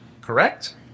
correct